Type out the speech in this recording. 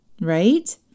Right